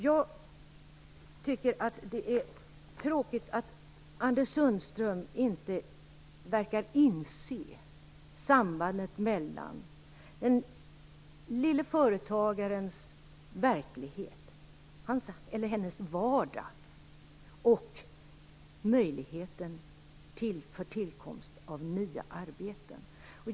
Jag tycker att det är tråkigt att Anders Sundström inte verkar inse sambandet mellan den lille företagarens verklighet, hans eller hennes vardag, och möjligheterna att få till stånd nya arbeten.